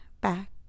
back